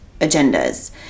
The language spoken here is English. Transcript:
agendas